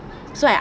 so I